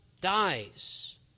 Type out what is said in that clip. dies